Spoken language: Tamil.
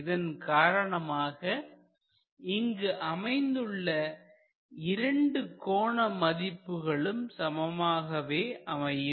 இதன் காரணமாக இங்கு அமைந்துள்ள இரண்டு கோண மதிப்புகளும் சமமாகவே அமையும்